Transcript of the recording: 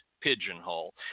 pigeonhole